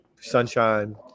sunshine